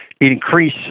increase